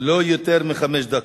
לא יותר מחמש דקות.